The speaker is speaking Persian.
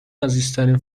عزیزترین